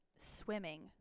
swimming